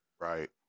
Right